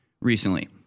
recently